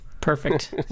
Perfect